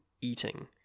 eating